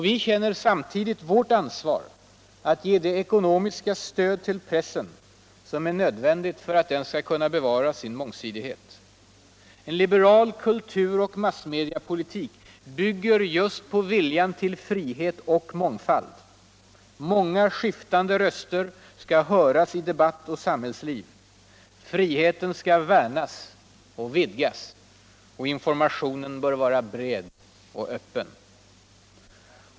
Vi känner samtidigt vårr ansvar att ge det ekonomiska stöd till pressen som är nödvändigt för att den skall kunna bevara sin mångsidighet. En liberal kulturoch massmediapolitik bygger just på viljun till frihet och mångfald. Många skiftande röster skall höras i debatt och samhällsliv. Friheten skall värnas och vidgas. Informationen bör vara bred och öppen.